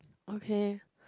okay